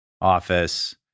office